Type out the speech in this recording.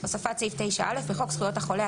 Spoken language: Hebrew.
הוספת סעיף 9א בחוק זכויות החולה,